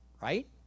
right